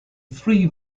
three